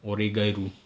oregairu